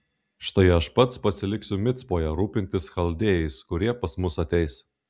štai aš pats pasiliksiu micpoje rūpintis chaldėjais kurie pas mus ateis